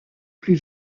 plus